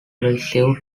received